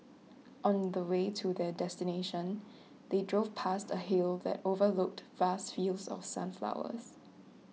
on the way to their destination they drove past a hill that overlooked vast fields of sunflowers